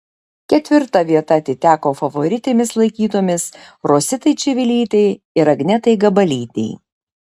ketvirta vieta atiteko favoritėmis laikytoms rositai čivilytei ir agnetai gabalytei